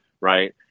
Right